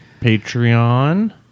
Patreon